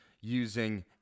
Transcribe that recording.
using